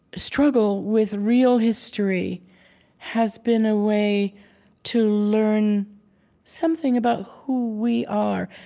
struggle with real history has been a way to learn something about who we are,